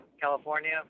California